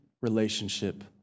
relationship